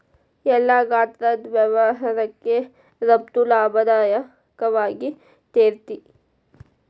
ಎಲ್ಲಾ ಗಾತ್ರದ್ ವ್ಯವಹಾರಕ್ಕ ರಫ್ತು ಲಾಭದಾಯಕವಾಗಿರ್ತೇತಿ